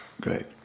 Great